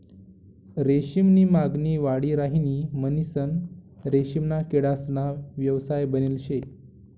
रेशीम नी मागणी वाढी राहिनी म्हणीसन रेशीमना किडासना व्यवसाय बनेल शे